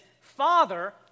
father